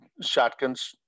shotguns